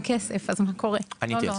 והכסף נגמר מה קורה עם זה?